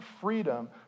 freedom